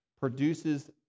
produces